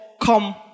come